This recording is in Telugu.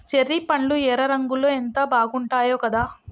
చెర్రీ పండ్లు ఎర్ర రంగులో ఎంత బాగుంటాయో కదా